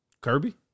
Kirby